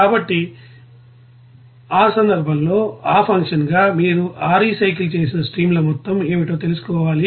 కాబట్టి ఆ సందర్భంలో ఆ ఫంక్షన్గా మీరు ఆ రీసైకిల్ చేసిన స్ట్రీమ్ల మొత్తం ఏమిటో తెలుసుకోవాలి